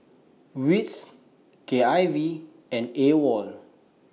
W I T S K I V and AWOL